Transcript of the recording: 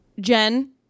Jen